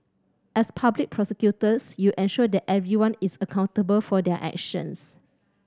as public prosecutors you ensure that everyone is accountable for their actions